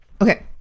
okay